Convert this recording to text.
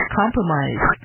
compromise